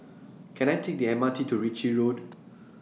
Can I Take The M R T to Ritchie Road